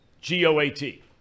G-O-A-T